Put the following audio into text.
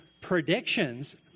predictions